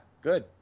Good